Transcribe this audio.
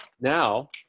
now